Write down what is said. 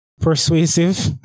Persuasive